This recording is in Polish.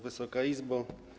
Wysoka Izbo!